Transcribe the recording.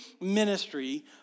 ministry